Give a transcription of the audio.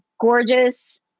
gorgeous